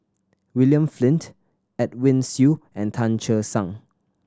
William Flint Edwin Siew and Tan Che Sang